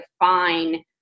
define